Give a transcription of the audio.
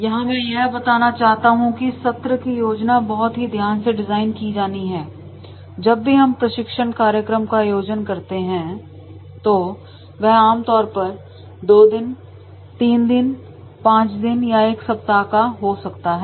यहां मैं यह बताना चाहता हूं कि सत्र की योजना बहुत ही ध्यान से डिजाइन की जानी है जब भी हम प्रशिक्षण कार्यक्रम का आयोजन करते हैं तो वह आमतौर पर 2 दिन 3 दिन 5 दिन या 1 सप्ताह का हो सकता है